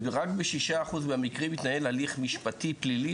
רק ב-6% מהמקרים מתנהל הליך משפטי פלילי